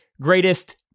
Greatest